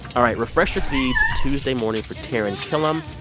all right, refresh your feeds tuesday morning for taran killam.